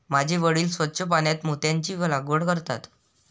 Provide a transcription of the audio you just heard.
माझे वडील स्वच्छ पाण्यात मोत्यांची लागवड करतात